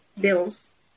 bills